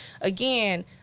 again